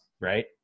right